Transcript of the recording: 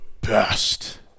best